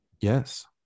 yes